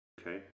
Okay